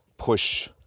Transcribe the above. push